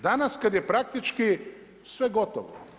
Danas kad je praktički sve gotovo.